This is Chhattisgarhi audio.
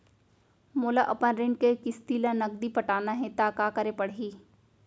मोला अपन ऋण के किसती ला नगदी पटाना हे ता का करे पड़ही?